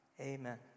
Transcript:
amen